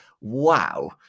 wow